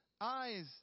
eyes